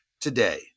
today